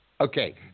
Okay